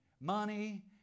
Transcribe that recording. Money